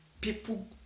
People